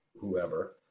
whoever